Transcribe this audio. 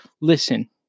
Listen